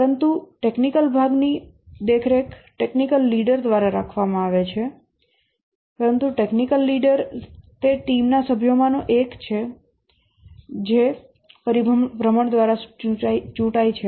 પરંતુ ટેકનીકલ ભાગની દેખરેખ ટેકનીકલ લીડર દ્વારા કરવામાં આવે છે પરંતુ ટેકનીકલ લીડર તે ટીમના સભ્યમાંનો એક છે જે પરિભ્રમણ દ્વારા ચૂંટાય છે